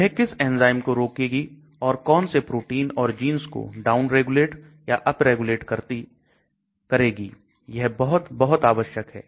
यह किस एंजाइम को रोकेगी और कौन से प्रोटीन और जींस को डाउनरेगुलेट या अपरेगुलेट करेगी यह बहुत बहुत आवश्यक है